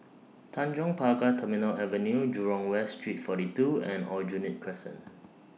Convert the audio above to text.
Tanjong Pagar Terminal Avenue Jurong West Street forty two and Aljunied Crescent